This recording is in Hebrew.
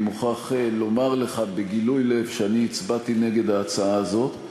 אני מוכרח לומר לך בגילוי לב שהצבעתי נגד ההצעה הזאת,